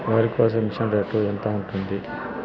వరికోసే machine rate ఎంత ఉంటుంది?